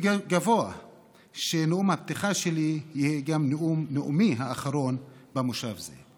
גבוה שנאום הפתיחה שלי יהיה גם נאומי האחרון במושב זה.